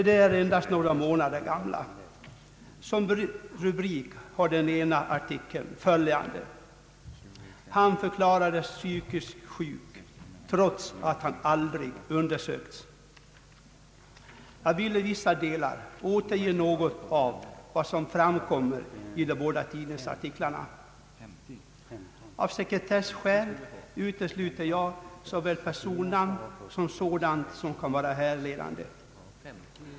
De är endast några månader gamla. Som rubrik har den ena artikeln: »Han förklarades psykiskt sjuk — trots att han aldrig undersökts!» Jag vill i vissa delar återge något av vad som förekommer i de båda tidningsartiklarna. Av sekretesskäl utesluter jag såväl personnamn som sådant som kan vara härledande.